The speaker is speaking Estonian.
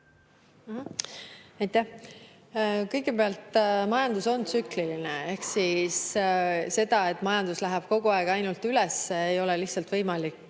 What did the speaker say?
Aitäh! Kõigepealt, majandus on tsükliline, ehk seda, et majandus läheks kogu aeg ainult üles, ei ole lihtsalt võimalik